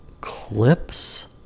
clips